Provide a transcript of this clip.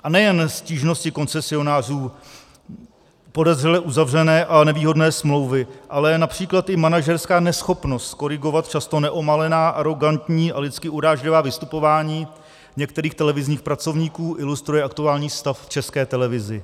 A nejen stížnosti koncesionářů, podezřele uzavřené a nevýhodné smlouvy, ale například i manažerská neschopnost korigovat často neomalená, arogantní a lidsky urážlivá vystupování některých televizních pracovníků ilustruje aktuální stav v České televizi.